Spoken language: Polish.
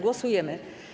Głosujemy.